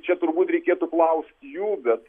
čia turbūt reikėtų klaust jų bet